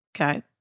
Okay